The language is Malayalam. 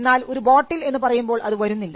എന്നാൽ ഒരു ബോട്ടിൽ എന്ന് പറയുമ്പോൾ അത് വരുന്നില്ല